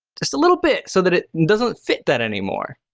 just a little bit so that it doesn't fit that anymore,